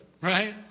right